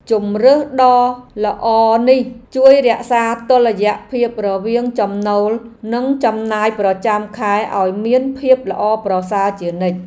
ជម្រើសដ៏ល្អនេះជួយរក្សាតុល្យភាពរវាងចំណូលនិងចំណាយប្រចាំខែឱ្យមានភាពល្អប្រសើរជានិច្ច។